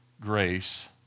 grace